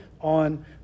on